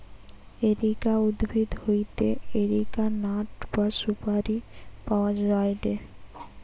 areca উদ্ভিদ হইতে areca nut বা সুপারি পাওয়া যায়টে